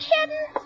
kidding